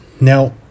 Now